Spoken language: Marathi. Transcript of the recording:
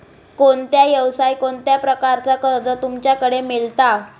कोणत्या यवसाय कोणत्या प्रकारचा कर्ज तुमच्याकडे मेलता?